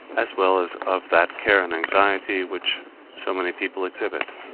as well as of that care and anxiety which so many people exhibit.